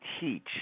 teach